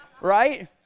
Right